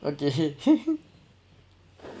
okay